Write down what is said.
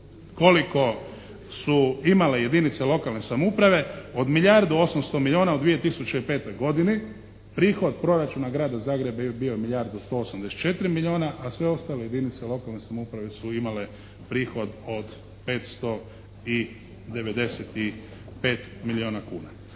koliko su imale jedinice lokalne samouprave od milijardu i 800 milijuna u 2005. godini prihod proračuna Grada Zagreba je bio milijardu i 184 milijuna a sve ostale jedinice lokalne samouprave su imale prihod od 595 milijuna kuna.